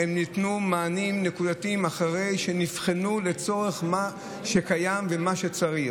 ניתנו מענים נקודתיים אחרי שהם נבחנו לצורך מה שקיים ומה שצריך.